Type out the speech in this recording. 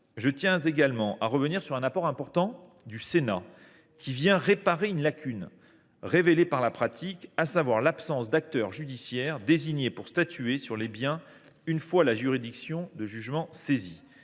Je tiens également à revenir sur un apport important du Sénat, qui comble une lacune qui a été révélée par la pratique, à savoir l’absence d’acteur judiciaire désigné pour statuer sur les biens une fois la juridiction de jugement saisie.